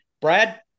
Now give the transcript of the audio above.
Brad